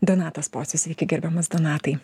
donatas pocius sveiki gerbiamas donatai